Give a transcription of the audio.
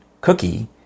cookie